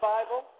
Bible